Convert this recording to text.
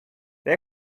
they